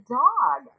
dog